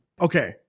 Okay